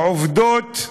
והעובדות: